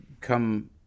come